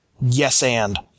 yes-and